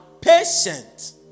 patient